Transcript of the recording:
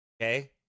Okay